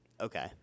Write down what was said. Okay